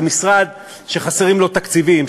זה משרד שחסרים לו תקציבים,